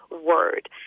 word